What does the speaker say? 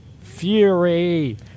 fury